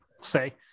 say